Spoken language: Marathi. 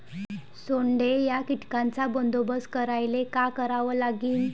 सोंडे या कीटकांचा बंदोबस्त करायले का करावं लागीन?